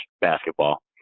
basketball